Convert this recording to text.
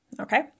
okay